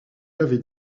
l’avez